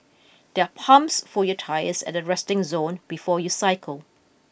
there are pumps for your tyres at the resting zone before you cycle